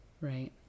right